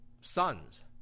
sons